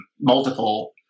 multiple